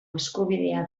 eskubidea